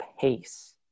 pace